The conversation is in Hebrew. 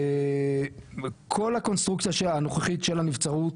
כל הקונסטרוקציה של הנוכחית של הנצרות